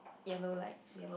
yellow lights